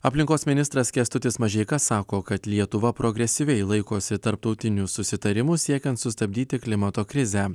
aplinkos ministras kęstutis mažeika sako kad lietuva progresyviai laikosi tarptautinių susitarimų siekiant sustabdyti klimato krizę